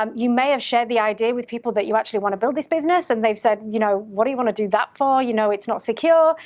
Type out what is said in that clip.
um you may have shared the idea with people that you actually want to build this business and they've said, you know, what do you wanna do that for? you know it's not secure.